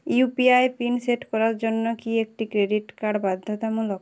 UPI PIN set করার জন্য কি একটি ক্রেডিট কার্ড বাধ্যতামূলক